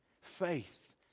faith